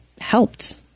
helped